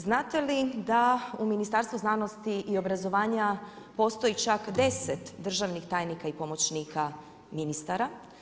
Znate li da u Ministarstvu znanosti i obrazovanja postoji čak 10 državnih tajnika i pomoćnika ministara?